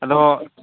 ᱟᱫᱚ